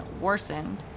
worsened